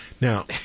Now